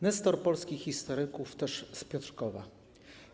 Nestor polskich historyków - też z Piotrkowa.